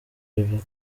bebe